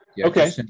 Okay